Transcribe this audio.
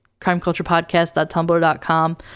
crimeculturepodcast.tumblr.com